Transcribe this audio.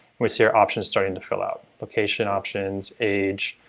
we see our options starting to fill out location options, age,